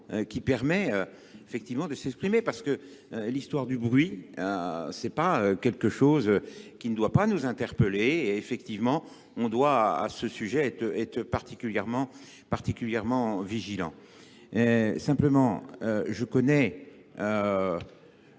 qui permet effectivement de s'exprimer parce que l'histoire du bruit, ce n'est pas quelque chose qui ne doit pas nous interpeller. Effectivement, on doit à ce sujet être particulièrement vigilants. Simplement, je connais